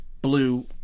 blue